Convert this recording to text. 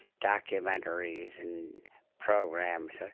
documentaries, and programs. ah